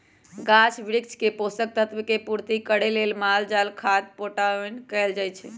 गाछ वृक्ष के पोषक तत्व के पूर्ति करे लेल माल जाल खाद पटाओन कएल जाए छै